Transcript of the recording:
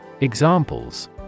Examples